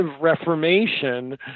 reformation